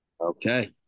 Okay